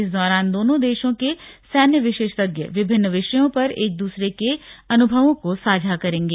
इस दौरान दोनों देशओं के सैन्य विशेषज्ञ विभिन्न विषयों पर एक दूसरे के अनुभवों को साझा करेंगे